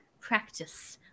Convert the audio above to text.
practice